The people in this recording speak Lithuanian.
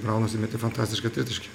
brownas įmetė fantastišką tritaškį